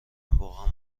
واقعا